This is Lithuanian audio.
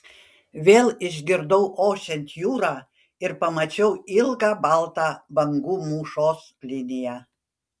vėl išgirdau ošiant jūrą ir pamačiau ilgą baltą bangų mūšos liniją